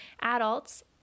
adults